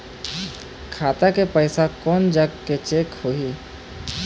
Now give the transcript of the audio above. खाता के पैसा कोन जग चेक होही?